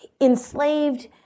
enslaved